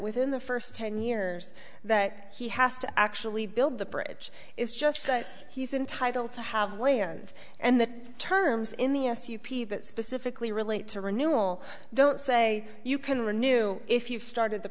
within the first ten years that he has to actually build the bridge it's just that he's entitled to have land and the terms in the s u p that specifically relate to renewal don't say you can renew if you've started the